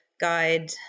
Guide